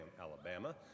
Alabama